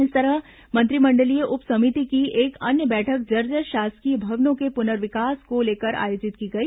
इसी तरह मंत्रिमंडलीय उप समिति की एक अन्य बैठक जर्जर शासकीय भवनों के पुनर्विकास को लेकर आयोजित की गई